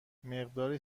مقداری